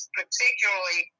particularly